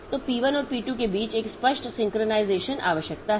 तो P1 और P2 के बीच एक स्पष्ट सिंक्रनाइज़ेशन आवश्यकता है